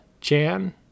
Chan